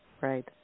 right